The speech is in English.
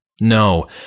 No